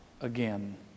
again